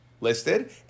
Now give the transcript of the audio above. listed